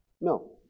No